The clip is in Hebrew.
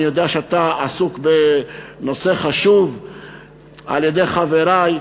אני יודע שאתה עסוק בנושא חשוב על-ידי חברי.